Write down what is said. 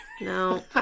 No